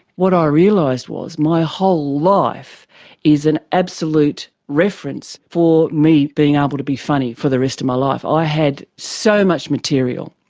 what i realised was my whole life is an absolute reference for me being able to be funny for the rest of my life. i had so much material,